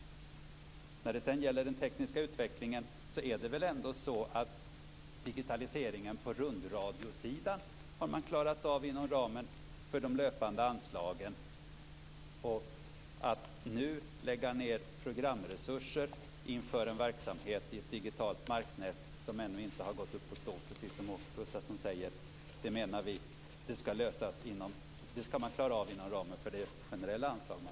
När det sedan gäller den tekniska utvecklingen har man klarat av digitaliseringen på rundradiosidan inom ramen för de löpande anslagen. Det är ingen mening med att nu lägga ned programresurser inför en verksamhet i ett digitalt marknät som ännu inte gått att få i gång, precis som Åke Gustavsson säger. Vi menar att man skall klara av detta inom det generella anslaget.